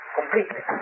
completely